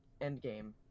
Endgame